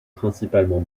principalement